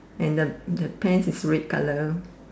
and the the pants is red colour